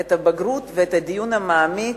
את הבגרות ואת הדיון המעמיק,